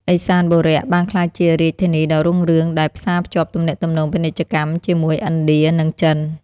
ឦសានបុរៈបានក្លាយជារាជធានីដ៏រុងរឿងដែលផ្សារភ្ជាប់ទំនាក់ទំនងពាណិជ្ជកម្មជាមួយឥណ្ឌា និងចិន។